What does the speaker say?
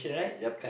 yeap